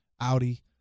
Audi